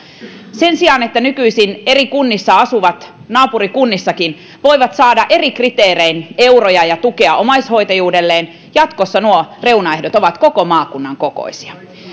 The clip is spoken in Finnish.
sen sijaan että nykyisin eri kunnissa asuvat naapurikunnissakin voivat saada eri kriteerein euroja ja tukea omaishoitajuudelleen jatkossa nuo reunaehdot ovat koko maakunnan kokoisia